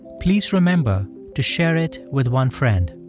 please remember to share it with one friend.